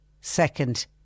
second